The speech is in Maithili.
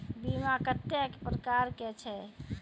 बीमा कत्तेक प्रकारक छै?